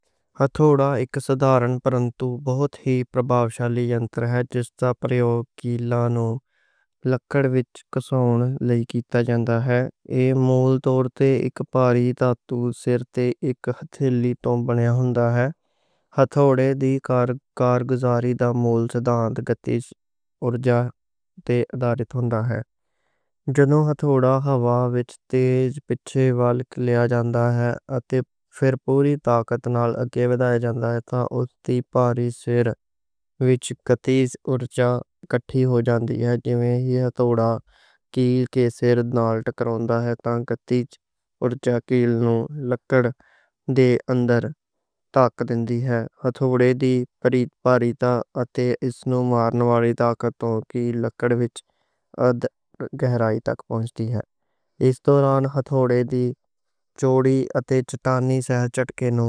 ہتھوڑا ایک سادھارن پرنتو بہت ہی پربھاشالی جنتر ہے۔ جس دا پریوگ کیلانوں لکڑ وِچ کساون لئی کیتا جاندا ہے۔ ایہ مول طور تے اک بھاری دھاتو دے سر توں بنیا ہوندا ہے۔ ہتھوڑے دی کارگزاری دا مول صدانت گتیج اُرجا تے آدھارت ہوندا ہے۔ جد ہتھوڑا ہوا وِچ تیز پِچھے وال لے جایا جاندا ہے تے فیر پوری طاقت نال اگے وِدھایا جاندا ہے، تاں اوس دے بھاری سر وِچ گتیج اُرجا کٹھی ہو جاندی ہے۔